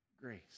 grace